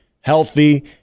healthy